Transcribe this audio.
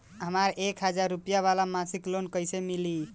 हमरा एक हज़ार रुपया वाला मासिक लोन कईसे मिली?